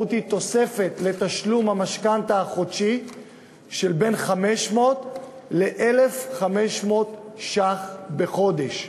המשמעות היא תוספת לתשלום המשכנתה החודשי של בין 500 ל-1,500 ש"ח בחודש.